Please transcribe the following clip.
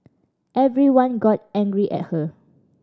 everyone got angry at her